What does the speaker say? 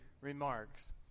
remarks